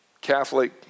Catholic